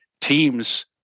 teams